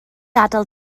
adael